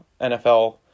NFL